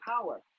power